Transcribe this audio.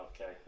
okay